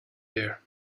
here